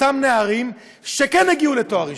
אותם נערים, שכן הגיעו לתואר ראשון.